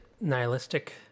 nihilistic